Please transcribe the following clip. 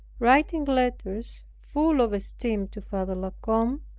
writing letters full of esteem to father la combe,